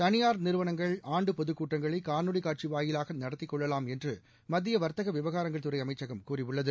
தனியார் நிறுவனங்கள் ஆண்டு பொதுக் கூட்டங்களை காணொலி காட்சி வாயிலாக நடத்தி கொள்ளலாம் என்று மத்திய வர்த்தக விவகாரங்கள் துறை அமைச்சகம் கூறியுள்ளது